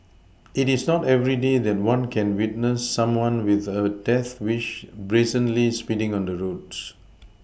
it is not everyday that one can witness someone with a death wish brazenly speeding on the roads